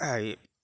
হেৰি